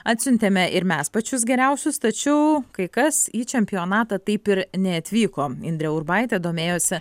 atsiuntėme ir mes pačius geriausius tačiau kai kas į čempionatą taip ir neatvyko indrė urbaitė domėjosi